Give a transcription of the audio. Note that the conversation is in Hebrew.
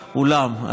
האולם.